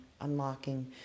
unlocking